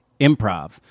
improv